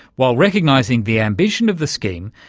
while recognising the ambition of the scheme,